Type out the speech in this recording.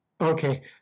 Okay